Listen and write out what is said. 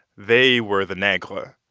they were the negre.